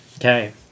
Okay